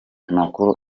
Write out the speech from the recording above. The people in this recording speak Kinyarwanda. makuru